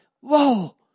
Whoa